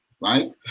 right